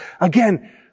Again